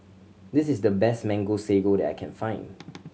this is the best Mango Sago that I can find